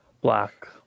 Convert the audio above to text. Black